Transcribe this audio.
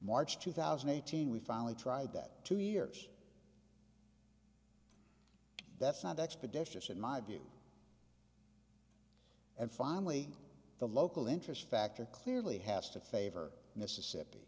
march two thousand and eighteen we finally tried that two years that's not expeditious in my view and finally the local interest factor clearly has to favor mississippi